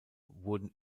wurden